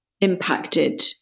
impacted